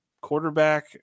quarterback